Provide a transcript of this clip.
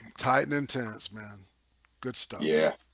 titan in tennis man good stuff. yeah,